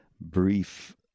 brief